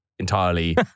entirely